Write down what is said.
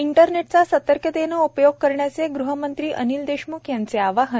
इंटरनेटचा सतर्कतेने उपयोग करण्याचे गृहमंत्री अनिल देशम्ख यांचे आवाहन